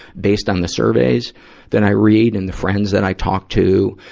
based on the surveys that i read and the friends that i talk to.